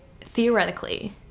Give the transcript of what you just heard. theoretically